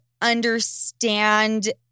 understand